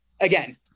again